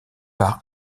par